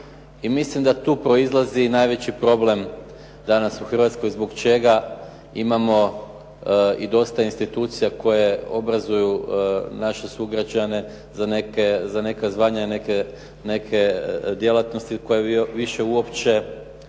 mislim da tu proizlazi i najveći problem, danas u Hrvatskoj zbog čega imamo i dosta institucija koje obrazuju naše sugrađane za neka zvanja, za neke djelatnosti koje više uopće